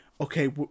okay